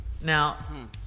now